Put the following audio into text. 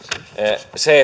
se